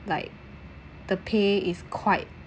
like the pay is quite